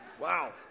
Wow